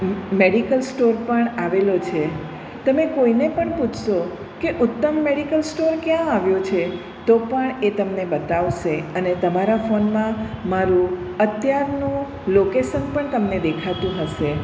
મ medical store પણ આવેલો છે તમે કોઈને પણ પૂછશો કે ઉત્તમ મેડિકલ સ્ટોર ક્યાં આવ્યો છે તો પણ એ તમને બતાવશે અને તમારા ફોનમાં મારું અત્યારનું લોકેશન પણ તમને દેખાતું હશે